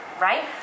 right